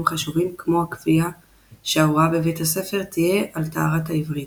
חשובים כמו הקביעה שההוראה בבית הספר תהיה על טהרת העברית.